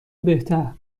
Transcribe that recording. بهتر